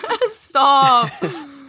Stop